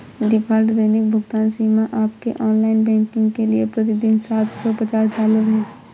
default दैनिक भुगतान सीमा आपके ऑनलाइन बैंकिंग के लिए प्रति दिन सात सौ पचास डॉलर है